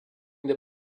the